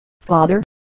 father